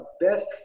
best